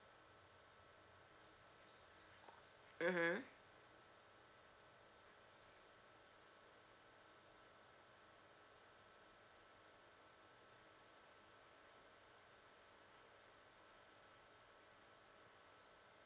mmhmm